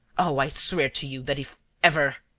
oh, i swear to you that if ever.